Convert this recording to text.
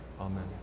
Amen